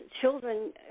children